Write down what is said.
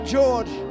George